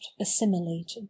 assimilated